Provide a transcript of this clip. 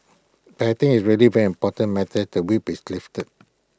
I think it's really very important matters the whip is lifted